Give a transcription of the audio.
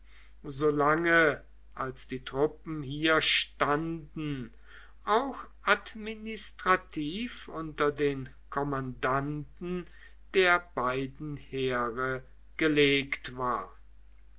lange als die truppen hier standen auch administrativ unter den kommandanten der beiden heere gelegt war